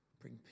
bring